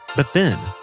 but then,